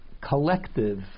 collective